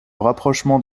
rapprochement